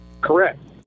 Correct